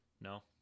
No